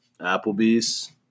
Applebee's